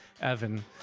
Evan